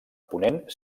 ponent